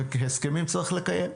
הסכמים צריך לקיים.